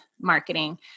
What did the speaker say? marketing